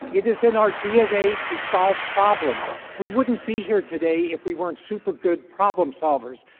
it is in our dna to solve problems. we wouldn't be here today if we weren't super good problem solvers.